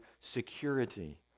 security